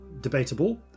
debatable